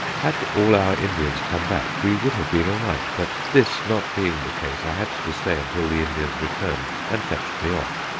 had all our indians come back, we would have been all right, but this not being the case i had to stay until the indians returned and fetched me off.